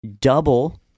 double